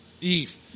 Eve